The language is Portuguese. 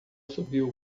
subiu